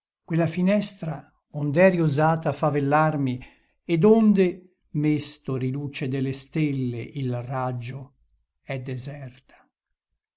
quella finestra ond'eri usata favellarmi ed onde mesto riluce delle stelle il raggio è deserta